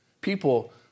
People